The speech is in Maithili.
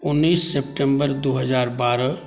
उनैस सेप्टेम्बर दुइ हजार बारह